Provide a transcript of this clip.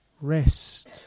Rest